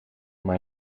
maar